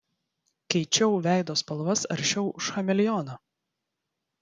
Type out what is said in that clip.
keičiau veido spalvas aršiau už chameleoną